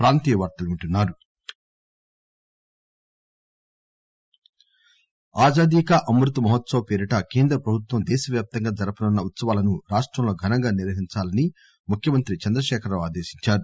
CM అమ్పత్ మహోత్సప్ ఆజాదీ కా అమృత్ మహోత్సవ్ పేరిట కేంద్ర ప్రభుత్వం దేశవ్యాప్తంగా జరపనున్న ఉత్సవాలను రాష్టంలో ఘనంగా నిర్వహించాలని ముఖ్యమంత్రి చంద్రకేఖరరావు ఆదేశించారు